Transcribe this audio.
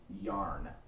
yarn